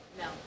No